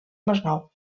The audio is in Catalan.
masnou